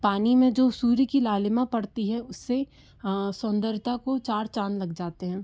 पानी में जो सूर्य की लालिमा पड़ती है उससे सुंदरता को चार चाँद लग जाते हैं